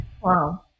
Wow